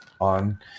on